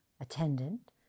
attendant